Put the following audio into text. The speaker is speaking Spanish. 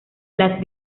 las